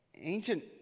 ancient